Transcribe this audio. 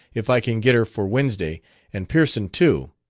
if i can get her for wednesday and pearson too.